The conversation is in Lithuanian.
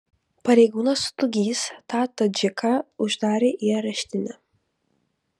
pareigūnas stugys tą tadžiką uždarė į areštinę